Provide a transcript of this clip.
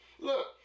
Look